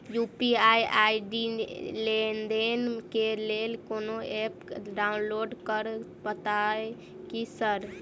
UPI ID लेनदेन केँ लेल कोनो ऐप डाउनलोड करऽ पड़तय की सर?